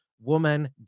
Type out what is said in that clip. woman